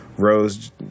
Rose